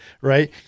right